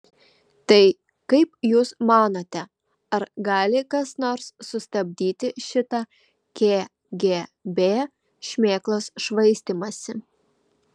tai kaip jūs manote ar gali kas nors sustabdyti šitą kgb šmėklos švaistymąsi